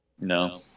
No